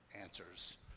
answers